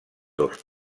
dos